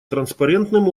транспарентным